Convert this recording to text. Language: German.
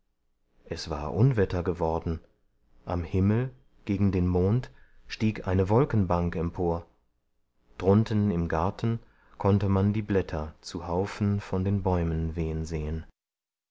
es war unwetter geworden am himmel gegen den mond stieg eine wolkenbank empor drunten im garten konnte man die blätter zu haufen von den bäumen wehen sehen